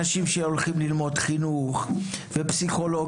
אנשים שהולכים ללמוד חינוך ופסיכולוגיה,